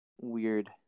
weird